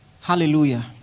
hallelujah